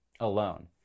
Alone